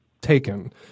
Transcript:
taken